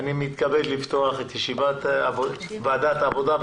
אני מתכבד לפתוח את ישיבת ועדת העבודה,